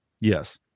Yes